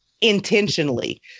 intentionally